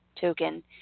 token